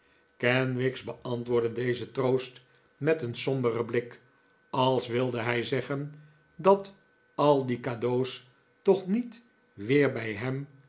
kenwigs beantwoordde dezen troost met een somberen blik als wilde hij zeggen dat al die cadeaux toch niet weer bij hem